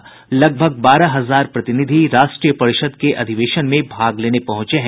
देशभर से करीब बारह हजार प्रतिनिधि राष्ट्रीय परिषद् के अधिवेशन में भाग लेने पहुंचे हैं